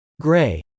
Gray